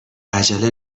عجله